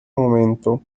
momento